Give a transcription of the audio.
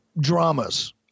Dramas